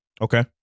Okay